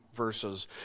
verses